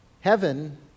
Heaven